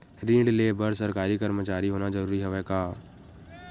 ऋण ले बर सरकारी कर्मचारी होना जरूरी हवय का?